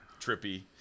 trippy